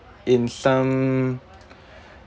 in some